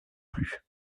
plus